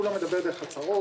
הוא לא מדבר דרך הצהרות,